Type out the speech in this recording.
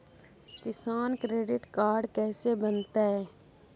किसान credit card कैसे बनतै?